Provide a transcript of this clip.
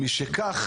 משכך,